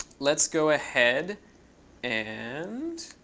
let's go ahead and